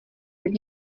teď